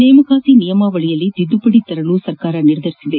ನೇಮಕಾತಿ ನಿಯಮಾವಳಿಯಲ್ಲಿ ತಿದ್ದುಪದಿ ತರಲು ಸರ್ಕಾರ ನಿರ್ಧರಿಸಿದೆ